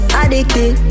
addicted